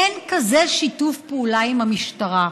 אין כזה שיתוף פעולה עם המשטרה.